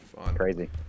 Crazy